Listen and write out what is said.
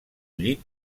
llit